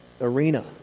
arena